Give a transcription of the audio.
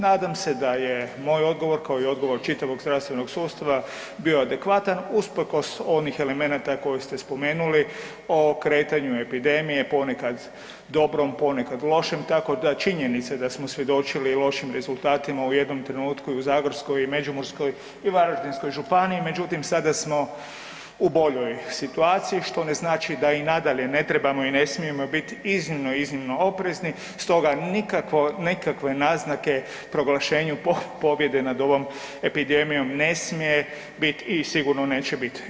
Nadam se da je moj odgovor, kao i odgovor čitavog zdravstvenog sustava bio adekvatan usprkos onih elemenata koje ste spomenuli o kretanju epidemije, ponekad dobrom, ponekad lošem, tako da, činjenica je da smo svjedočili lošim rezultatima, u jednom trenutku i u zagorskoj i Međimurskoj i Varaždinskoj županiji, međutim, sada smo u boljoj situaciji, što ne znači da i nadalje ne trebamo i ne smijemo biti iznimno, iznimno oprezni, stoga nikakve naznake proglašenju pobjede nad ovog epidemijom ne smije biti i sigurno neće biti.